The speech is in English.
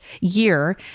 year